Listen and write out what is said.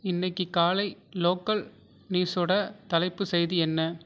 இன்றைக்கு காலை லோக்கல் நியூஸோட தலைப்புச்செய்தி என்ன